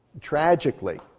Tragically